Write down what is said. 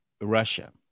Russia